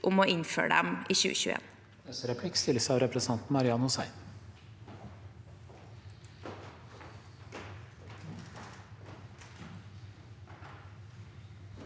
om å innføre dem – i 2021.